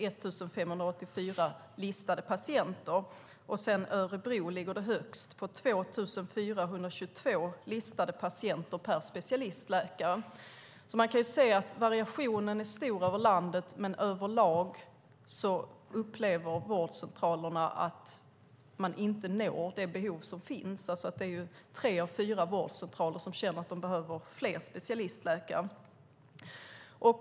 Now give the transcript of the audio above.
I Örebro är siffran högst, 2 422 listade patienter per specialistläkare. Man kan alltså se att variationen är stor över landet, men över lag upplever vårdcentralerna att man inte når det behov som finns. Det är tre av fyra vårdcentraler som känner att de behöver fler specialistläkare.